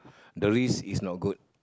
the risk is not good